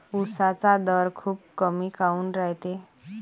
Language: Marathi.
उसाचा दर खूप कमी काऊन रायते?